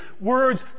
Words